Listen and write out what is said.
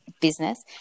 business